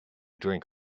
drink